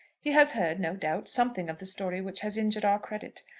he has heard, no doubt, something of the story which has injured our credit,